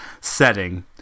setting